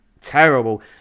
terrible